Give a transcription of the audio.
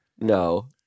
No